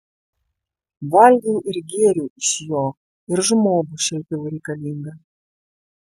valgiau ir gėriau iš jo ir žmogų šelpiau reikalingą